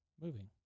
moving